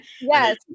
Yes